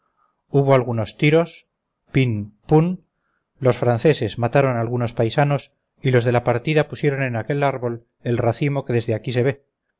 hubo algunos tiros pin pum los franceses mataron algunos paisanos y los de la partida pusieron en aquel árbol el racimo que desde aquí se ve